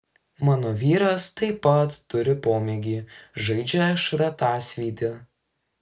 mano vyras taip pat turi pomėgį žaidžia šratasvydį